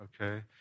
okay